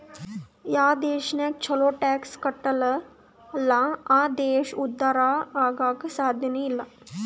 ಯಾವ್ ದೇಶದಾಗ್ ಛಲೋ ಟ್ಯಾಕ್ಸ್ ಕಟ್ಟಲ್ ಅಲ್ಲಾ ಆ ದೇಶ ಉದ್ಧಾರ ಆಗಾಕ್ ಸಾಧ್ಯನೇ ಇಲ್ಲ